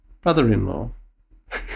brother-in-law